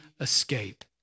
escape